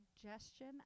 suggestion